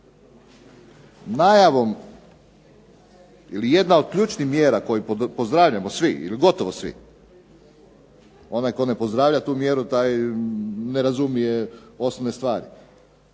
Najavom ili jedna od ključnih mjera koju pozdravljamo svi ili gotovo svi, onaj tko ne pozdravlja tu mjeru taj ne razumije osnovne stvari,